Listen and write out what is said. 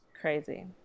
Crazy